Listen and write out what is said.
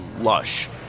lush